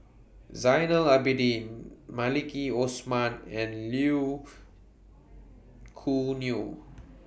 Zainal Abidin Maliki Osman and Choo Neo